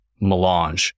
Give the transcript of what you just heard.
melange